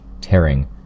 tearing